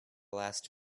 last